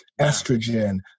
estrogen